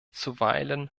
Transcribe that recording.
zuweilen